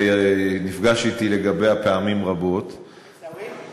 ונפגש אתי לגביה פעמים רבות --- עיסאווי?